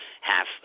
half